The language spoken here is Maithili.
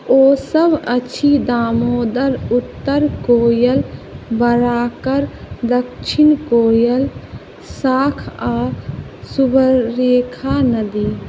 ओसभ अछि दामोदर उत्तर कोयल बराकर दक्षिण कोयल शाख आ सुबर्णरेखा नदी